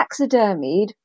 taxidermied